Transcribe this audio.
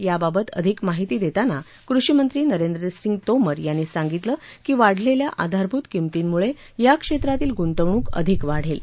या बाबत अधिक माहिती देताना कृषी मंत्री नरेंद्र सिंग तोमर यांनी सांगितलं की वाढलेल्या आधारभूत किंमतींमुळे या क्षेत्रातील गुंतवणूक अधिक वाढेल